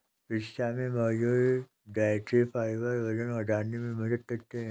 पिस्ता में मौजूद डायट्री फाइबर वजन घटाने में मदद करते है